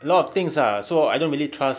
a lot of things ah so I don't really trust